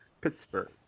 Pittsburgh